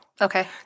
Okay